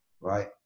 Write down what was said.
right